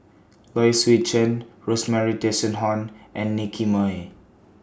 Low Swee Chen Rosemary and Nicky Moey